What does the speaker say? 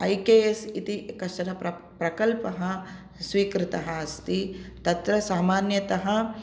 I K S इति कश्चन प्रप् प्रकल्पः स्वीकृतः अस्ति तत्र सामान्यतः